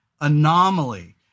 anomaly